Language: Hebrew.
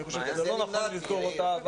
אני חושב שזה לא נכון לסגור אותן.